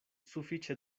sufiĉe